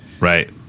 Right